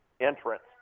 entrance